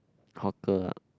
hawker ah